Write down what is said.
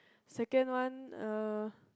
second one uh